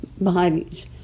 bodies